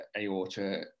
aorta